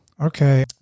Okay